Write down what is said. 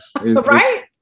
right